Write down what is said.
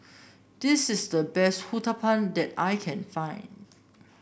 this is the best Uthapam that I can find